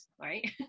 right